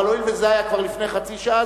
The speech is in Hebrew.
אבל הואיל וזה היה כבר לפני חצי שעה,